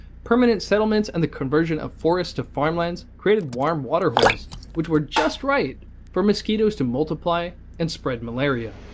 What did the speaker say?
permanent settlements and the conversion of forests to farmlands created warm water-holes which were just right for mosquitoes to multiply and spread malaria.